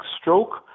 stroke